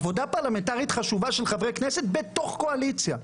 עבודה פרלמנטרית חשובה של חברי כנסת בתוך קואליציה.